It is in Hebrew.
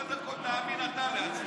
קודם כול תאמין אתה לעצמך.